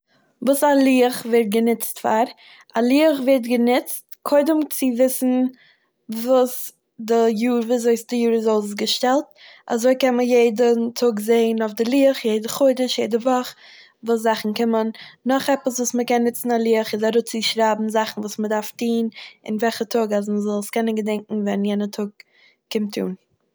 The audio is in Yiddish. וואס א לוח ווערט גענוצט פאר. א לוח ווערט גענוצט קודם צו וויסן וואס די יאר- וויזוי ס'- די יאר איז אויסגעשטעלט, אזוי קען מען יעדן טאג זעהן אויף די לוח, יעדע חודש, יעדע וואך, וואס זאכן קומען. נאך עפעס וואס מ'קען נוצן א לוח איז אראפצושרייבן זאכן וואס מ'דארף טוהן, און וועלכע טאג אז מ'זאל עס קענען געדענקען ווען יענע טאג קומט אן.